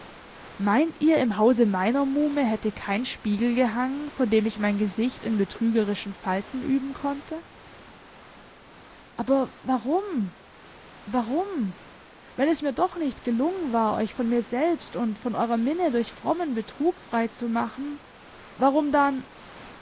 meint ihr im hause meiner muhme hätte kein spiegel gehangen vor dem ich mein gesicht in betrügerischen falten üben konnte aber warum warum wenn es mir doch nicht gelungen war euch von mir selbst und von eurer minne durch frommen betrug frei zu machen warum dann